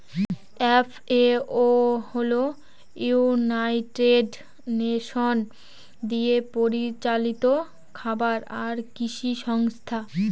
FAO হল United Nation দিয়ে পরিচালিত খাবার আর কৃষি সংস্থা